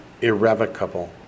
irrevocable